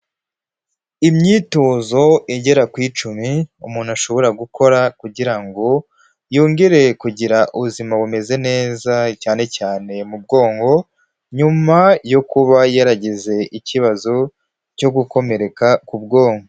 Imyitozo igera ku icumi umuntu ashobora gukora kugira ngo yongere kugira ubuzima bumeze neza cyane cyane mu bwoko, nyuma yo kuba yaragize ikibazo cyo gukomereka ku bwonko.